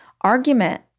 argument